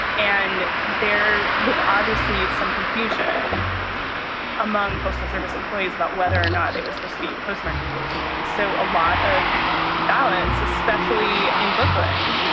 and there was obviously some confusion among postal service employees about whether or not they were supposed to be postmarking these things. so a lot of ballots, especially in brooklyn,